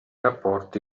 rapporti